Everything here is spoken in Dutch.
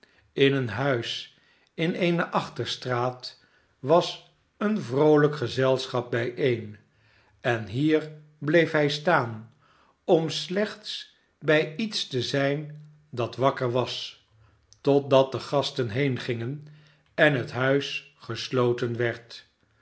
in een huis in eene achterstraat was een vroolijk gezelschap bijeen en hier bleef hij staan om slechts bij iets te zijn dat wakker was totdat de gasten heengingen en het huis gesloten werd